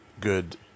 good